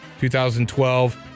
2012